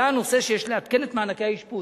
עלה הנושא שיש לעדכן את מענקי האשפוז